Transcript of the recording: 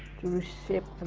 to reshape